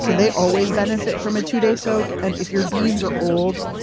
so they always benefit from a two-day soak. and if your beans are old.